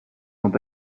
sont